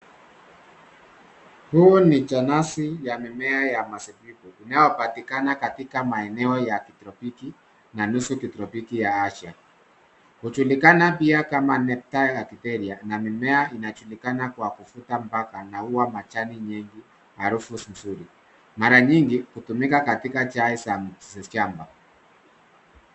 Huu ni janasi ya mimea ya mazabibu inayopatikana katika maeneo ya tropic na nusu tropic ya Asia. Hujulikana kama nector ya kiteria na mimea inajulikana kwa kuvuta mpaka na huwa na majani mengi, harufu si nzuri. Mara nyingi hutumika katika jae za shamba.